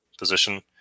position